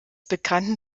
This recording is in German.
bekannten